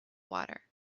water